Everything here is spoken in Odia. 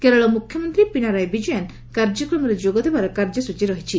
କେରଳ ମୁଖ୍ୟମନ୍ତ୍ରୀ ପିନାରାଇ ବିଜୟନ୍ କାର୍ଯ୍ୟକ୍ରମରେ ଯୋଗଦେବାର କାର୍ଯ୍ୟସ୍ତ୍ରୀ ରହିଛି